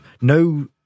no